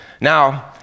Now